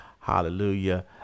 hallelujah